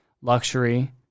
luxury